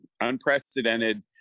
unprecedented